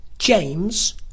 James